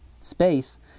space